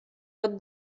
pot